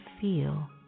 feel